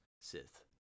sith